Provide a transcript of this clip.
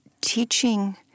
teaching